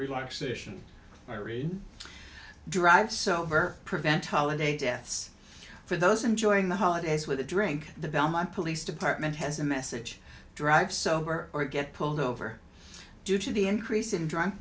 relaxation are in drive so prevent holiday deaths for those enjoying the holidays with a drink the belmont police department has a message drive sober or get pulled over due to the increase in drunk